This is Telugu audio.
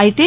అయితే